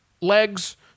legs